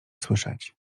słyszeć